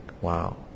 wow